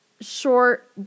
short